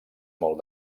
molt